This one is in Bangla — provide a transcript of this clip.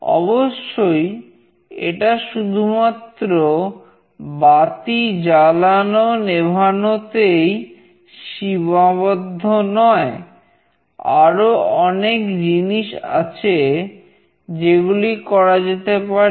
অবশ্যই এটা শুধুমাত্র বাতি জালানো নেভানোতেই সীমাবদ্ধ নয় আরো অনেক জিনিস আছে যেগুলি করা যেতে পারে